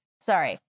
Sorry